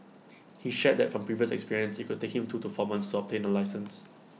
he shared that from previous experience IT could take him two to four months to obtain A licence